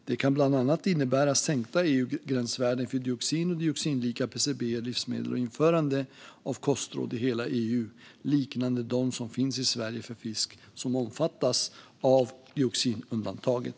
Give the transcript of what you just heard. Det kan bland annat innebära sänkta EU-gränsvärden för dioxin och dioxinlika PCB:er i livsmedel och införande av kostråd i hela EU, liknande dem som finns i Sverige för fisk som omfattas av dioxinundantaget.